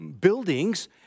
buildings